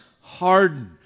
hardened